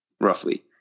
roughly